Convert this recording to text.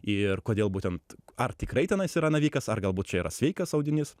ir kodėl būtent ar tikrai tenais yra navikas ar galbūt čia yra sveikas audinys